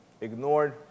ignored